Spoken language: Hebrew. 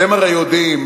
אתם הרי יודעים